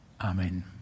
Amen